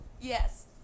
Yes